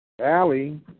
Allie